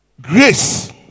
grace